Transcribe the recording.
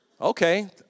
Okay